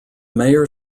mayor